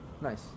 Nice